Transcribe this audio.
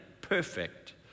perfect